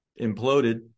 imploded